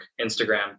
Instagram